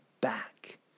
back